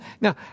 Now